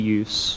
use